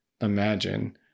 imagine